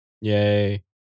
Yay